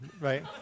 right